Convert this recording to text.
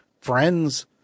friends